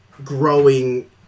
Growing